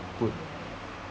put